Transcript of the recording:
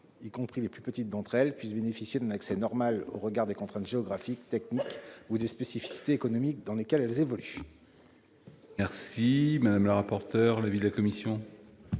y compris les plus petites d'entre elles, puissent bénéficier d'un accès normal au regard des contraintes géographiques, techniques ou des spécificités économiques dans lesquelles elles évoluent. Quel est l'avis de la commission